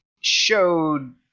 showed